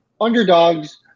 underdogs